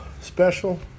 special